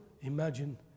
Imagine